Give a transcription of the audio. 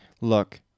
Look